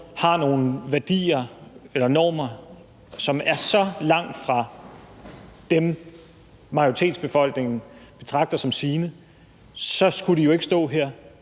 har nogle værdier eller normer, som er så langt fra dem, majoritetsbefolkningen betragter som deres, så skulle de jo ikke stå her.